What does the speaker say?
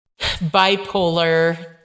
bipolar